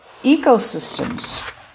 ecosystems